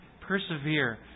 persevere